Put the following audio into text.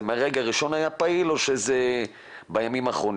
האם זה היה פעיל מהרגע הראשון או שזה מהימים האחרונים?